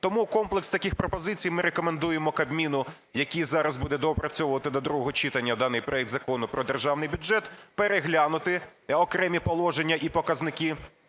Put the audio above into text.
Тому комплекс таких пропозицій ми рекомендуємо Кабміну, який зараз буде доопрацьовувати до другого читання даний проект Закону про Державний бюджет, переглянути окремі положення і показники